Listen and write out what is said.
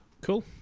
cool